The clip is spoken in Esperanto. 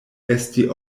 esti